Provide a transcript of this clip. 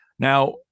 Now